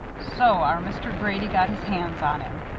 so our mr. grady's got his hands on him!